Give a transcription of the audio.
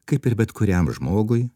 kaip ir bet kuriam žmogui